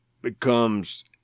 becomes